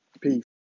Peace